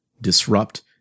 disrupt